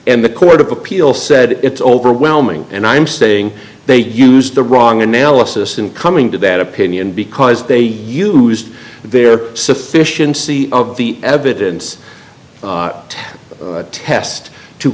and the court of appeal said it's overwhelming and i'm saying they used the wrong analysis in coming to that opinion because they used their sufficiency of the evidence to test to